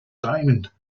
diamond